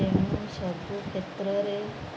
ତେଣୁ ସବୁ କ୍ଷେତ୍ରରେ